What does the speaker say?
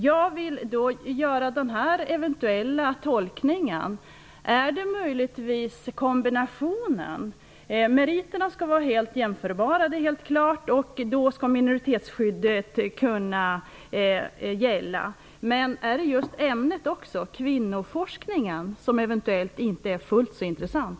Jag vill göra en möjlig tolkning. Meriterna skall vara helt jämförbara. Det är helt klart. Då skall minoritetsskyddet kunna gälla. Men är det även så att ämnet, kvinnoforskningen, inte är fullt så intressant?